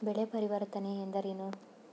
ಬೆಳೆ ಪರಿವರ್ತನೆ ಎಂದರೇನು?